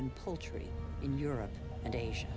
and poultry in europe and asia